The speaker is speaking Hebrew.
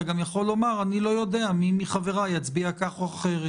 גם יכול לומר: אני לא יודע מי מחבריי יצביע כך או אחרת.